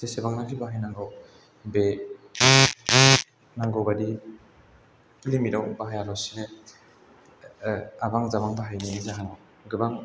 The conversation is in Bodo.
जेसेबांनाखि बाहायनांगौ बे नांगौ बायदि लिमिताव बाहायालासिनो आबां जाबां बाहायनो जाहोनाव गोबां